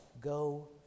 go